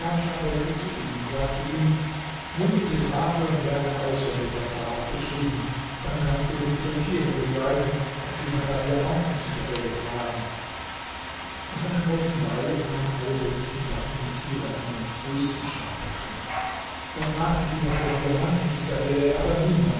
zu ihm und sagte ihm nimm diese tafel und lerne auswendig was darauf geschrieben dann kannst du mich zu den tieren begleiten und sie nach der diamanten zitadelle fragen nach einer kurzen weile kamen alle möglichen gattungen tiere an und grüßten schah bedr er fragte sie nach der diamanten zitadelle aber niemand